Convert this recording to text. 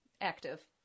active